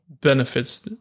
benefits